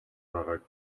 байгааг